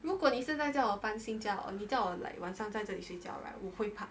如果你现在叫我般新家 on you kind of like one sometimes 这里睡觉 right 我会怕